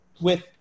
with-